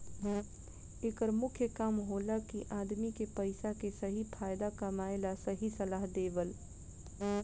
एकर मुख्य काम होला कि आदमी के पइसा के सही फायदा कमाए ला सही सलाह देवल